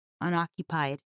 unoccupied